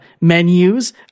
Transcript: menus